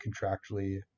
contractually